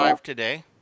today